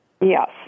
Yes